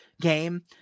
game